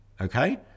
Okay